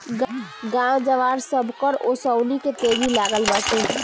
गाँव जवार, सबकर ओंसउनी के तेजी लागल बाटे